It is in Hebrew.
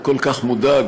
הוא כל כך מודאג.